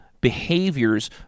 behaviors